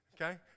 Okay